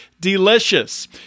delicious